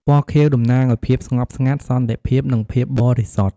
ពណ៌ខៀវ តំណាងឱ្យភាពស្ងប់ស្ងាត់ សន្តិភាព និងភាពបរិសុទ្ធ។